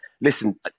Listen